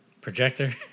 Projector